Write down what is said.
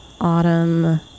autumn